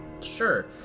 sure